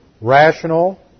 rational